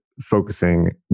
focusing